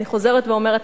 אני חוזרת ואומרת,